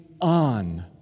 on